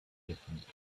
different